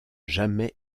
jamais